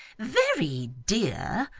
very dear!